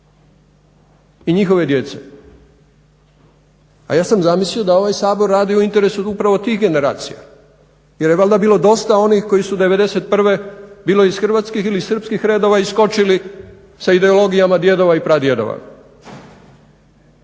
i njihove djece. A ja sam zamislio da ovaj Sabor radi u interesu upravo tih generacija jer je valjda bilo dosta onih koji su '91. bilo iz hrvatskih ili srpskih redova iskočili sa ideologijama djedova i pradjedova